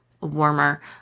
warmer